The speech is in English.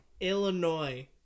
Illinois